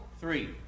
three